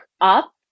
up